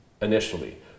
initially